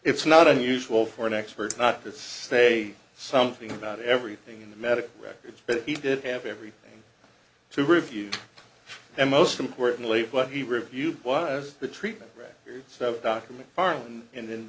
it's not unusual for an expert not this say something about everything in the medical records but he did have everything to review and most importantly what he reviewed was the treatment records of document foreign and in